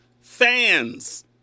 fans